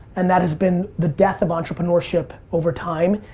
and that has been the death of entrepreneurship over time,